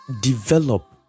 develop